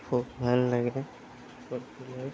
খুব ভাল লাগে